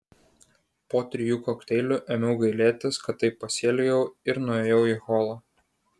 po trijų kokteilių ėmiau gailėtis kad taip pasielgiau ir nuėjau į holą